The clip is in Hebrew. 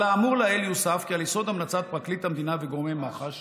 על האמור לעיל יוסף כי על יסוד המלצת פרקליט המדינה וגורמי מח"ש